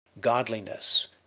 godliness